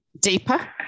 deeper